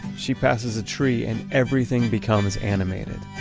she passes a tree and everything becomes animated.